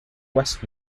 west